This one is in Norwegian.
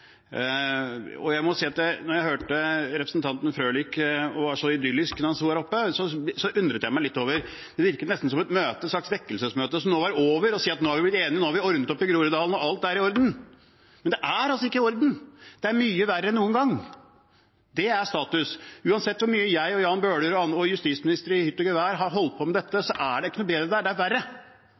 Jeg må si at da jeg hørte representanten Frølich gjøre det så idyllisk da han sto her oppe, undret jeg meg litt: Det virket nesten som et slags vekkelsesmøte som nå var over, og at nå var vi enige, nå har vi ordnet opp i Groruddalen, og alt er i orden. Men det er altså ikke i orden, det er mye verre enn noen gang – det er status. Uansett hvor mye jeg, Jan Bøhler og justisministere i «hytt og gevær» har holdt på med dette, er det ikke noe bedre der – det er verre!